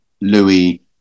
louis